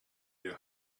your